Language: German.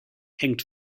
hängt